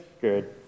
good